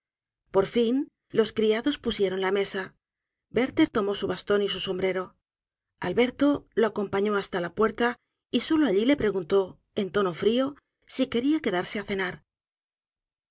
por fin los criados pusieron la mesa werlher tomó su bastón y su sombrero alberto lo acompañó hasta la puerta y solo alli le preguntó en tono frió si quería quedarse á cenar